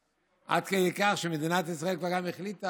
עד כדי כך שמדינת ישראל כבר גם החליטה